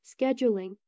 scheduling